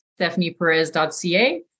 stephanieperez.ca